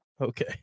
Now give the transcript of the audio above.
okay